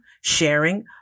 sharing